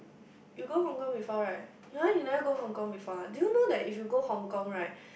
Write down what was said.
you go Hong Kong before right ya you never go Hong Kong before ah do you know that if you go Hong Kong right